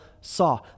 saw